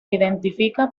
identifica